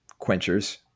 quenchers